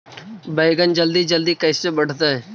बैगन जल्दी जल्दी कैसे बढ़तै?